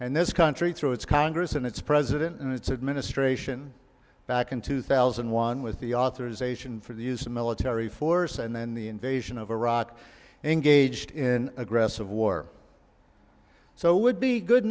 and this country through its congress and its president and its administration back in two thousand and one with the authorization for the use of military force and then the invasion of iraq engaged in aggressive war so would be good